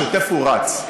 השוטף רץ.